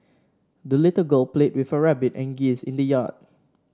the little girl played with her rabbit and geese in the yard